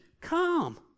Come